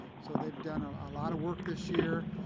so they've done a ah lot of work this year.